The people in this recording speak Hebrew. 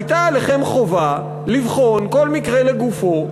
הייתה עליכם חובה לבחון כל מקרה לגופו,